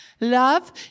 Love